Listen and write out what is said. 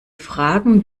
fragen